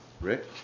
Rick